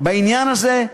בעניין הזה,